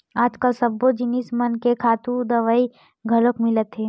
आजकाल सब्बो जिनिस मन के खातू दवई घलोक मिलत हे